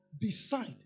decide